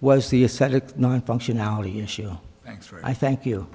was the acetic not functionality issue thank